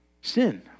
sin